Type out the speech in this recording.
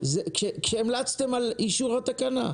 כאשר המלצתם על אישור התקנה.